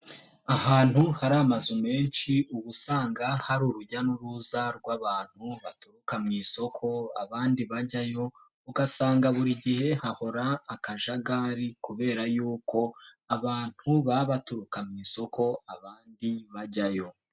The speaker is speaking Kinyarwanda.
Ahantu hari amazu menshi, ubu usanga hari urujya n'uruza rw'abantu baturuka mu isoko, abandi bajyayo, ugasanga buri gihe hahora akajagari kubera yuko abantu baba baturuka mu isoko, abandi bajyayo.